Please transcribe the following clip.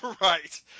Right